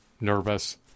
nervous